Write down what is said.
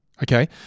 Okay